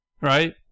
right